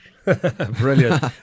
Brilliant